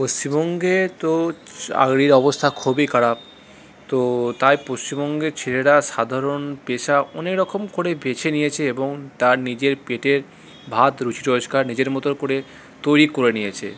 পশ্চিমবঙ্গে তো চাকরির অবস্থা খুবই খারাপ তো তাই পশ্চিমবঙ্গের ছেলেরা সাধারণ পেশা অনেক রকম করেই বেছে নিয়েছে এবং তার নিজের পেটের ভাত রুজি রোজগার নিজের মতো করে তৈরি করে নিয়েছে